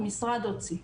המשרד הוציא.